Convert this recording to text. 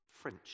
French